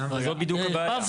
זו בדיוק הבעיה.